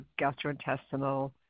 gastrointestinal